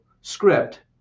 script